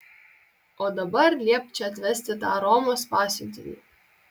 o dabar liepk čia atvesti tą romos pasiuntinį